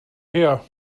her